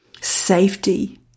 safety